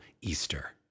Easter